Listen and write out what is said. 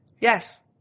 Yes